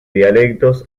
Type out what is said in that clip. dialectos